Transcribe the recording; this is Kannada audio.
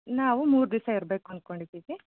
ನಾವು ಮೂರು ದಿವಸ ಇರಬೇಕು ಅನ್ಕೊಂಡಿದ್ದೀವಿ